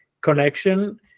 connection